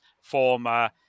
former